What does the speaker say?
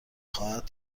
خواهد